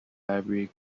library